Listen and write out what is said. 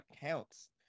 counts